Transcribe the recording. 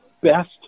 best